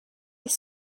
his